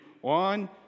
One